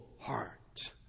heart